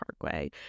parkway